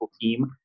team